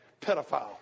pedophile